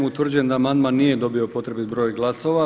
Utvrđujem da amandman nije dobio potrebit broj glasova.